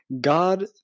God